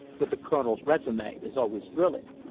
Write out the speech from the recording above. but the colonel's resume is always thrilling.